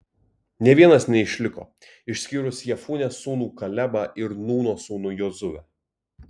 nė vienas neišliko išskyrus jefunės sūnų kalebą ir nūno sūnų jozuę